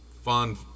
fund